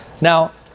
Now